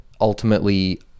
ultimately